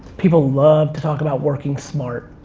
people love to talk about working smart.